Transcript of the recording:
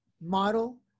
model